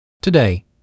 Today